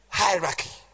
hierarchy